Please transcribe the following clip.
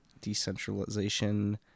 decentralization